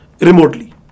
remotely